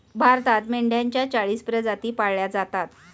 भारतात मेंढ्यांच्या चाळीस प्रजाती पाळल्या जातात